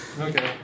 Okay